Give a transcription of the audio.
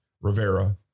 Rivera